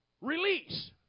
Release